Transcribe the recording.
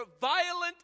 violent